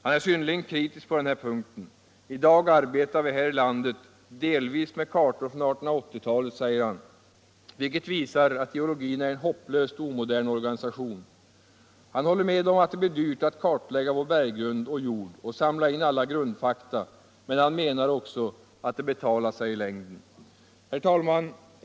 Han är synnerligen kritisk på den här punkten; i dag arbetar vi här i landet delvis med kartor från 1880-talet. säger han, vilket visar att geologin är en hopplöst omodern organisation. Han håller med om att det blir dyrt att kartlägga vår berggrund och jord och samla'in alla grundfakta, men han menar också att det betalar sig i längden. Herr talman!